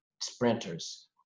sprinters